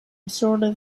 disorder